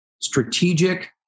strategic